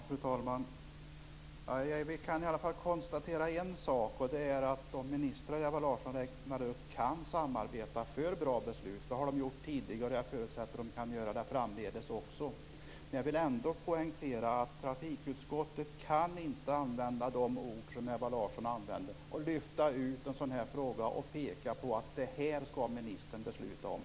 Fru talman! Jag kan i alla fall konstatera en sak. Det är att de ministrar som Ewa Larsson räknade upp kan samarbeta för bra beslut. Det har de gjort tidigare, och jag förutsätter att de kan göra det framdeles också. Men jag vill ändå poängtera att trafikutskottet inte kan använda de ord som Ewa Larsson använde. Man kan inte lyfta ut en sådan här fråga och peka på att det här skall ministern besluta om.